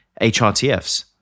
HRTFs